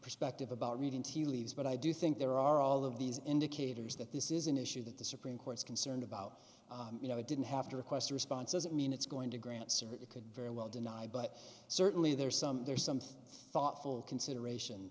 perspective about reading tea leaves but i do think there are all of these indicators that this is an issue that the supreme court's concerned about you know i didn't have to request a response doesn't mean it's going to grant cert it could very well deny but certainly there's some there's something thoughtful consideration